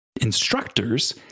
instructors